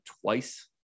twice